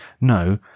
No